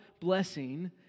blessing